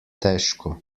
težko